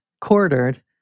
quartered